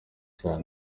cyane